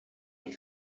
een